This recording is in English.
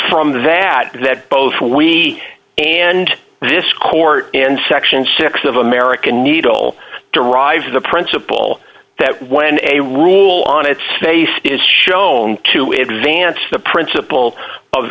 from the dad that both we and this court in section six of american needle derives the principle that when a rule on its face is shown to examine the principle of